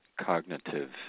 cognitive